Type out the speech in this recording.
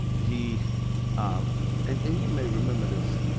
he um and and you may remember this.